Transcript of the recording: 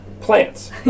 plants